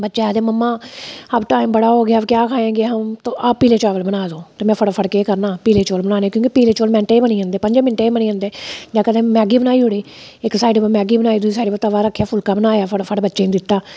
बच्चे आखदे मम्मा अब टाइम बड़ा हो गया अब क्या खाएंगे हम तो आप पीले चावल बना दो ते मैं फटाफट केह् करना पीले चौल बनाने की के पीले चौल मैंटें च बनी जंदे पंजें मिंटें च बनी जंदे जां कदें मैगी बनाई उड़ी इक साइड उप्पर मैगी बनाई दूई साइड उप्पर तवा रक्खेआ फुल्का बनाया फटाफट बच्चें गी दित्ता